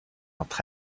entre